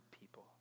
people